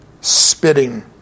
spitting